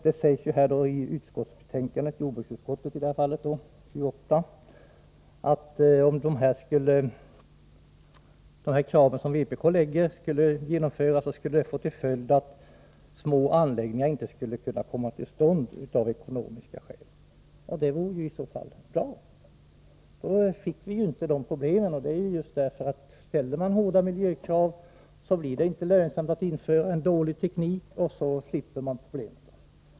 Det sägs i jordbruksutskottets betänkande att om de krav som vpk ställer skulle genomföras, skulle det få till följd att små anläggningar inte kunde komma till stånd, av ekonomiska skäl. Det vore i så fall bra. Då fick vi ju inte de problemen. Ställer man hårda miljökrav blir det inte lönsamt att införa dålig teknik. Då slipper man problem.